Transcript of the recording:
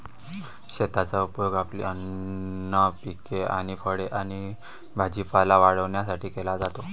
शेताचा उपयोग आपली अन्न पिके आणि फळे आणि भाजीपाला वाढवण्यासाठी केला जातो